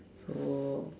oh